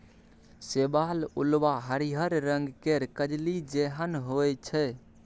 शैवाल उल्वा हरिहर रंग केर कजली जेहन होइ छै